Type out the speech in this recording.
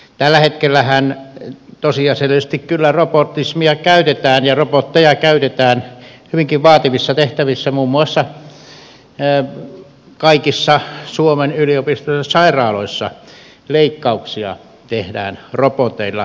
tällä hetkellähän tosiasiallisesti kyllä robotismia käytetään ja robotteja käytetään hyvinkin vaativissa tehtävissä muun muassa kaikissa suomen yliopistollisissa sairaaloissa leikkauksia tehdään roboteilla